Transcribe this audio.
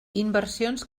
inversions